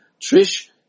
Trish